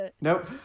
nope